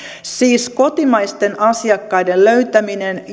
siis kotimaisten asiakkaiden löytäminen